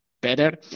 better